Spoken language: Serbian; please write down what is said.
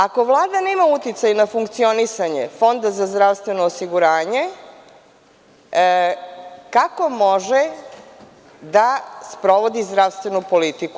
Ako Vlada nema uticaj na funkcionisanje Fonda za zdravstveno osiguranje, kako može da sprovodi zdravstvenu politiku?